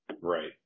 right